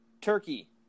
Turkey